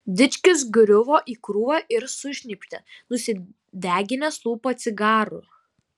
dičkis griuvo į krūvą ir sušnypštė nusideginęs lūpą cigaru